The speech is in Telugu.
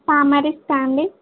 ఫార్మసిస్టా అండి